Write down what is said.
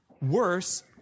worse